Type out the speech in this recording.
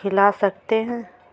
खिला सकते हैं?